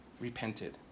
repented